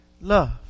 love